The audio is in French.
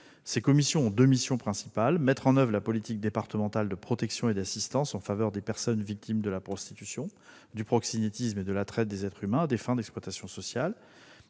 Ces commissions ont deux missions principales : mettre en oeuvre la politique départementale de protection et d'assistance en faveur des personnes victimes de la prostitution, du proxénétisme et de la traite des êtres humains aux fins d'exploitation sexuelle,